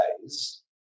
days